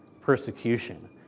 persecution